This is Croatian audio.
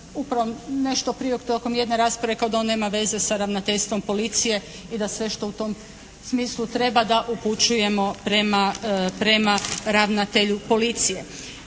upravo nešto prije tokom jedne rasprave rekao da on nema veze sa ravnateljstvom policije i da sve što u tom smislu treba da upućujemo prema ravnatelju policije.